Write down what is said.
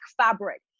fabric